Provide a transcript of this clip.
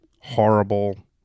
horrible